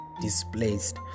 displaced